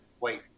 wait